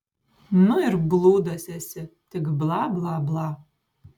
nu ir blūdas esi tik bla bla bla